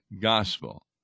gospel